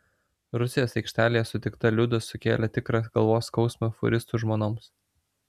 rusijos aikštelėje sutikta liuda sukėlė tikrą galvos skausmą fūristų žmonoms